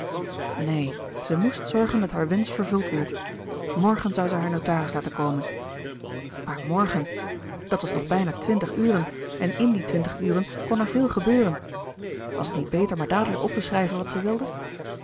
neen zij moest zorgen dat haar wensch vervuld wierd morgen zou zij haar notaris laten komen maar morgen dat was nog bijna twintig uren en in die twintig uren kon er veel gebeuren was het niet beter maar dadelijk op te schrijven wat zij wilde